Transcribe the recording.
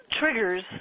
triggers